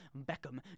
Beckham